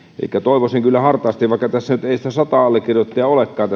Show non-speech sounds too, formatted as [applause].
elikkä toivoisin kyllä hartaasti vaikka tässä lakialoitteessa ei sitä sataa allekirjoittajaa olekaan [unintelligible]